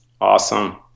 Awesome